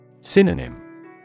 Synonym